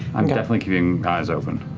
i'm yeah definitely keeping eyes open.